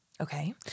Okay